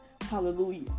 Hallelujah